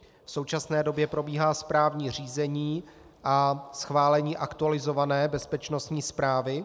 V současné době probíhá správní řízení a schválení aktualizované bezpečnostní zprávy.